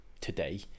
today